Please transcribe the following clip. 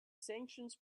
sanctions